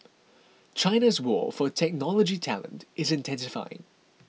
China's war for technology talent is intensifying